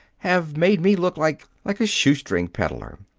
have made me look like like a shoe-string peddler.